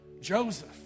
Joseph